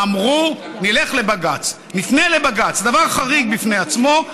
אמרו: נלך לבג"ץ, נפנה לבג"ץ, דבר חריג בפני עצמו.